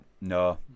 no